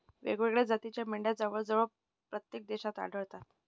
वेगवेगळ्या जातीच्या मेंढ्या जवळजवळ प्रत्येक देशात आढळतात